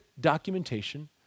documentation